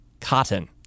cotton